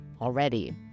already